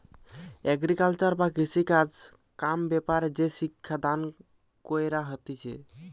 agriculture বা কৃষিকাজ কাম ব্যাপারে যে শিক্ষা দান কইরা হতিছে